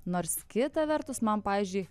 nors kita vertus man pavyzdžiui